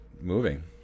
moving